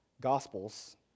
Gospels